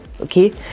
Okay